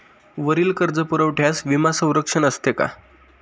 वरील कर्जपुरवठ्यास विमा संरक्षण असते का?